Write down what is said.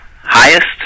highest